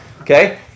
Okay